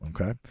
Okay